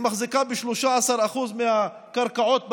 היא מחזיקה ב-13% מהקרקעות במדינה,